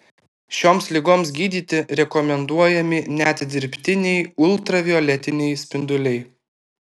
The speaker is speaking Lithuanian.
šioms ligoms gydyti rekomenduojami net dirbtiniai ultravioletiniai spinduliai